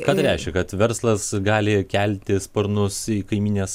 ką tai reiškia kad verslas gali kelti sparnus į kaimynines